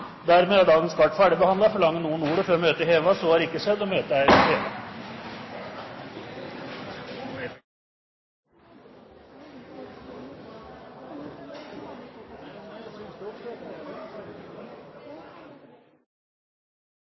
Dermed er dagens kart ferdigbehandlet. Forlanger noen ordet før møtet er hevet? – Møtet er